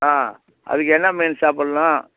ஆ அதுக்கு என்ன மீன் சாப்பிட்ணும்